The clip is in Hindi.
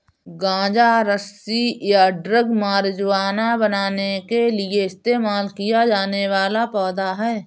गांजा रस्सी या ड्रग मारिजुआना बनाने के लिए इस्तेमाल किया जाने वाला पौधा है